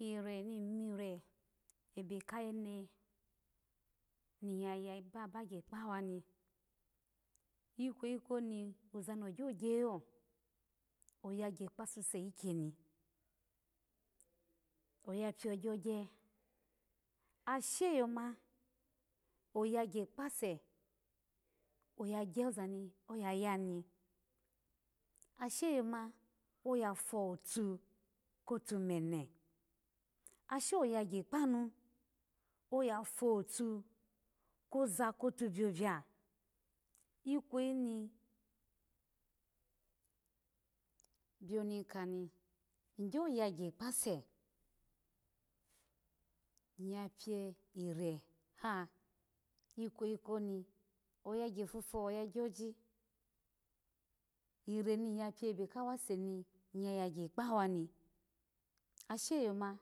Ir ammira abe kayene niya ba bagya kpawani ikwevi koni oza no gyolo gyalo, oya gya kpa suse ikyeni oya pio gyo gya ase sha yo ma oyagya kpase oya gyo zani oya yani, ase yo ma oyafotu kotu mene asha oya gye kpanu, oya fotu koza kotu biobio ikweyini bioni kani nygyo yayya, kpase nnya pio iraha ikweyi koni oyagya fufo oya gyoji, ira ni ya pio ifu kawa se ni nnya gyagya kpa wani, asha yoma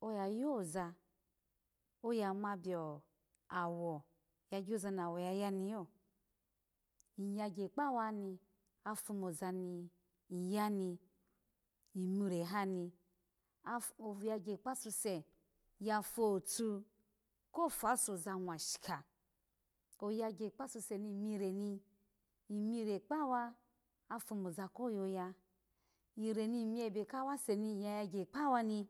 oya yoza oya ma bio woya gyoza na woya ya niyo, nyya yga kpawani afumozani yani imira hani oyagya kasuse yafutu ko fasoza nwashika, oya gya kpa suse ni imra ni imira kpa wa, afumo za ko yaya ira ni nu ebe kowa seni nyya gya kpawani